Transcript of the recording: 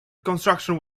construction